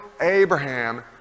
Abraham